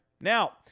Now